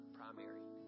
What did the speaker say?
primary